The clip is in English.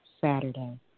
Saturday